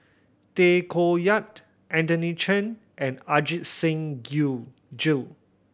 Tay Koh Yat Anthony Chen and Ajit Singh Gill